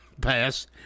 pass